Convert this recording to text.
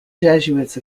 jesuits